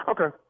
Okay